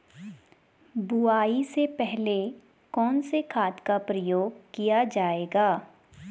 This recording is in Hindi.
बुआई से पहले कौन से खाद का प्रयोग किया जायेगा?